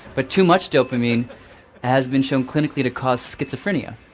but too much dopamine has been shown clinically to cause schizophrenia.